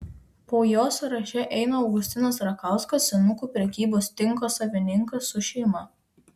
po jo sąraše eina augustinas rakauskas senukų prekybos tinko savininkas su šeima